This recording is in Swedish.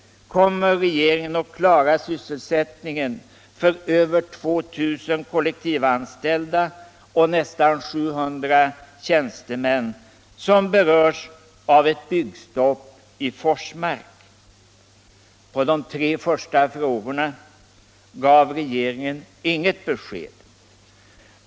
Kommer regeringen att klara sysselsättningen för över 2 000 kollektivanställda och nästan 700 tjänstemän som berörs av ett byggstopp i Forsmark? På de tre första frågorna gav regeringen inget besked.